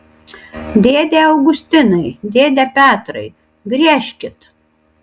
dėde augustinai dėde petrai griežkit